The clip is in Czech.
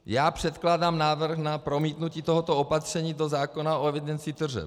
Já předkládám návrh na promítnutí tohoto opatření do zákona o evidenci tržeb.